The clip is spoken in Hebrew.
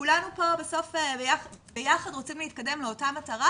כולנו פה בסוף ביחד רוצים להתקדם לאותה מטרה,